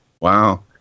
Wow